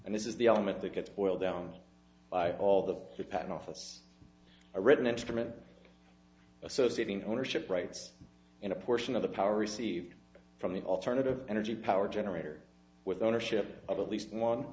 and this is the element that gets boiled down by all the patent office a written excrement associating ownership rights in a portion of the power received from the alternative energy power generator with ownership of at least one